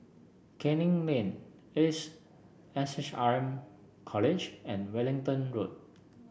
Canning Men Ace S H R M College and Wellington Road